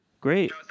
Great